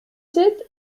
sept